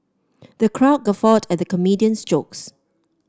the crowd guffawed at the comedian's jokes